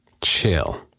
Chill